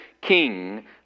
King